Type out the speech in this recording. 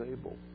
able